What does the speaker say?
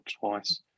twice